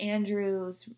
Andrew's